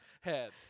head